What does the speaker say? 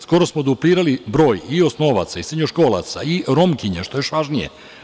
Skoro smo duplirali broj i osnovaca i srednjoškolaca i Romkinja, što je još važnije.